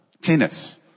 Tennis